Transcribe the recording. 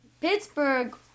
Pittsburgh